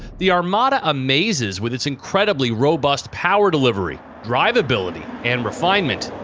the armada amazes with its incredibly robust power delivery, drivability and refinement.